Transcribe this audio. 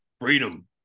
freedom